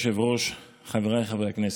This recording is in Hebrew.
כבוד היושב-ראש, חבריי חברי הכנסת,